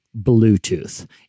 Bluetooth